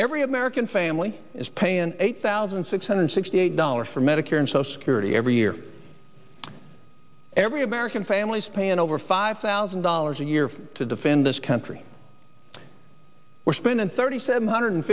every american family is paying eight thousand six hundred sixty eight dollars for medicare and social security every year every american families pay and over five thousand dollars a year to defend this country we're spending thirty seven hundred